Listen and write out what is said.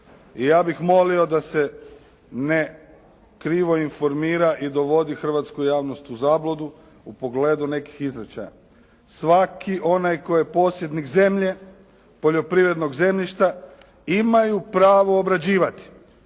I ja bih molio da se ne krivo informira i dovodi hrvatsku javnost u zabludu u pogledu nekih izričaja. Svaki onaj koji je posjednik zemlje, poljoprivrednog zemljišta imaju pravo obrađivati,